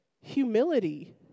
Humility